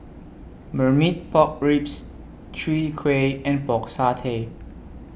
Marmite Pork Ribs Chwee Kueh and Pork Satay